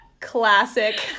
Classic